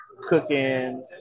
cooking